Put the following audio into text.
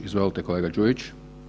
Izvolite kolega Đujić.